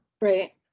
Right